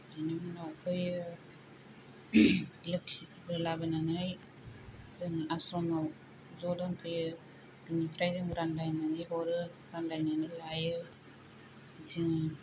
बिनि उनाव फैयो लोक्षिखौबो लाबोनानै जोङो आश्रमाव ज दोनफैयो बिनिफ्राय जों रानलायनानै हरो रानलायनानै लायो जोङो